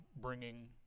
bringing